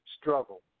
struggle